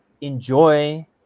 enjoy